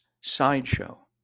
sideshow